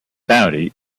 bounty